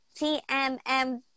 TMM